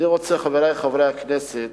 אני רוצה, חברי חברי הכנסת,